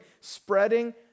spreading